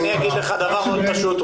אז אני אגיד לך דבר מאוד פשוט,